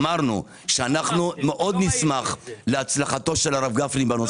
אמרנו שמאוד נשמח להצלחתו של הרב גפני בנושא הזה.